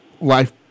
life